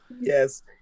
Yes